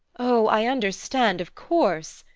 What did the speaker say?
oh, i understand, of course,